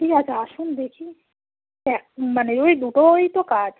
ঠিক আছে আসুন দেখি মানে ওই দুটো ওই তো কাজ